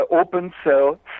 open-cell